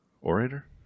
Orator